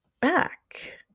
back